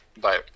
Bye